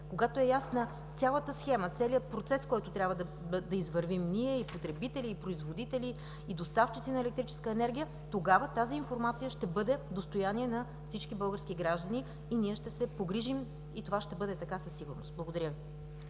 когато е ясна цялата схема, целият процес, който трябва да извървим – и потребители, и производители, и доставчици на електрическа енергия, тогава тази информация ще бъде достояние на всички български граждани и ние ще се погрижим и това ще бъде така със сигурност. Благодаря Ви.